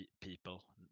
People